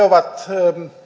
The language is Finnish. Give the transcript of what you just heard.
ovat